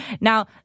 Now